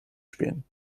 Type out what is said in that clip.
spielen